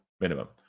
minimum